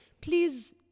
please